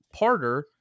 parter